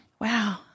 Wow